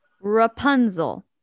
Rapunzel